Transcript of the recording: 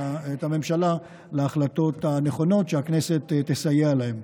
הממשלה להחלטות הנכונות שהכנסת תסייע להן.